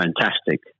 fantastic